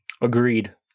Agreed